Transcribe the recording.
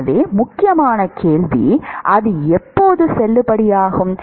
எனவே முக்கியமான கேள்வி அது எப்போது செல்லுபடியாகும்